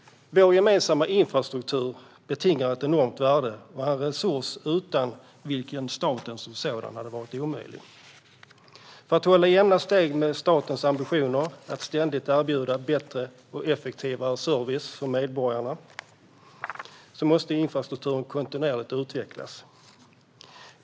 Vår gemensamma infrastruktur betingar ett enormt värde och är en resurs utan vilken staten som sådan hade varit omöjlig. För att hålla jämna steg med statens ambitioner att ständigt erbjuda bättre och effektivare service för medborgarna måste infrastrukturen kontinuerligt utvecklas.